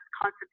constant